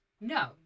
No